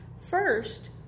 first